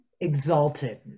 exalted